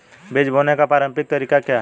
बीज बोने का पारंपरिक तरीका क्या है?